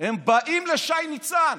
הם באים לשי ניצן